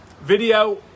video